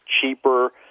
cheaper